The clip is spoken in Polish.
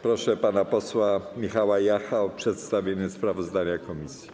Proszę pana posła Michała Jacha o przedstawienie sprawozdania komisji.